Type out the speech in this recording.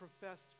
professed